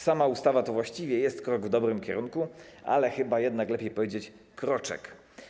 Sama ustawa to właściwie jest krok w dobrym kierunku, ale chyba jednak lepiej powiedzieć: kroczek.